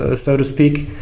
ah so to speak.